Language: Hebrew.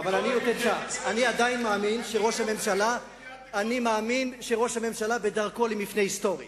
אני עדיין מאמין שראש הממשלה בדרכו למפנה היסטורי.